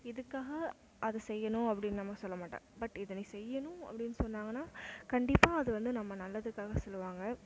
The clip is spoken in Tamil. இதுக்காக அதை செய்யணும் அப்படின்னு நம்ம சொல்ல மாட்டேன் பட் இதை நீ செய்யணும் அப்படின் சொன்னாங்கனால் கண்டிப்பாக அது வந்த நம்ம நல்லதுக்காக சொல்லுவாங்க